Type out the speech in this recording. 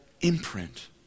imprint